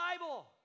Bible